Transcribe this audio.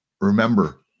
Remember